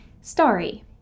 story